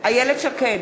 איילת שקד,